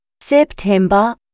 September